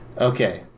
Okay